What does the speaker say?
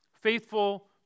faithful